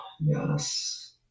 Yes